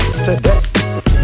today